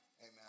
Amen